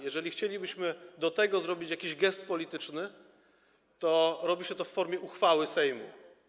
Jeżeli chcielibyśmy zrobić jakiś gest polityczny, to robi się to w formie uchwały Sejmu.